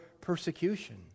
persecution